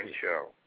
show